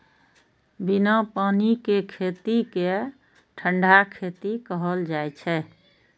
बिना पानि के खेती कें ठंढा खेती कहल जाइ छै